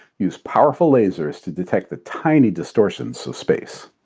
used powerful lasers to detect the tiny distortion so of space.